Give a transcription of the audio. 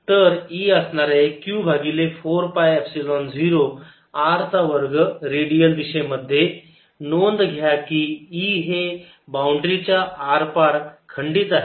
तर E असणार आहे q भागिले 4 पाय एपसिलोन 0 r चा वर्ग रेडियल दिशेमध्ये नोंद घ्या की E हे बाउंड्री च्या आरपार खंडित आहे